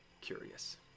curious